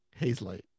Hazelight